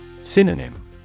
Synonym